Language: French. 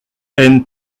haine